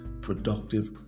productive